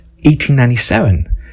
1897